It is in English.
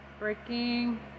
breaking